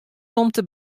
romte